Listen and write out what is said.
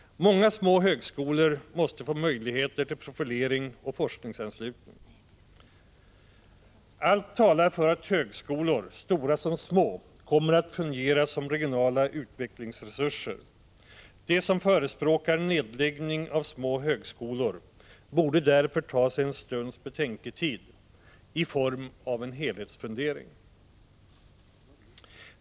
Många små högskolor måste få möjligheter till profilering och forskningsanslutning. Allt talar för att högskolor, stora som små, kommer att fungera som regionala utvecklingsresurser. De som förespråkar en nedläggning av små högskolor borde därför ta sig en stunds betänketid i form av en helhetsfundering.